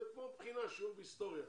זה כמו בחינה, שיעור בהיסטוריה.